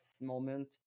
moment